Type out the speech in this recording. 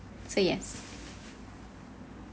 say yes